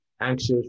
anxious